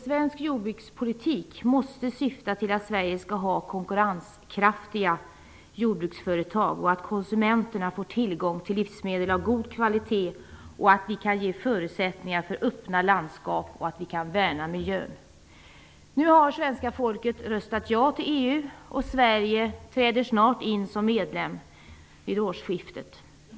Svensk jordbrukspolitik måste syfta till att Sverige skall ha konkurrenskraftiga jordbruksföretag, att konsumenterna får tillgång till livsmedel av god kvalitet, att vi kan ge förutsättningar för öppna landskap och att vi kan värna miljön. Nu har svenska folket röstat ja till EU, och Sverige träder vid årsskiftet in som medlem.